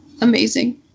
amazing